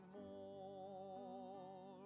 more